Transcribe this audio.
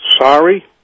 sorry